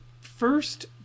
first